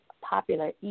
popular